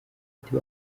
ati